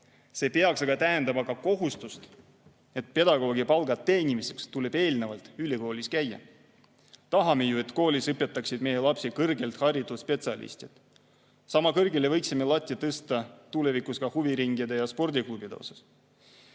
See tähendab aga kohustust, et pedagoogipalga teenimiseks tuleb eelnevalt ka ülikoolis käia. Tahame ju, et koolides õpetaksid meie lapsi kõrgelt haritud spetsialistid. Sama kõrgele võiksime lati tõsta tulevikus ka huviringide ja spordiklubide